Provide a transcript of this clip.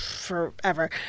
forever